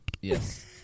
Yes